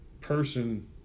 person